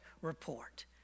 report